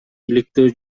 иликтөө